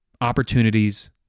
opportunities